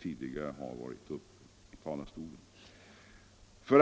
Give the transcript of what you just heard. tidigare talare i dag.